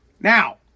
Now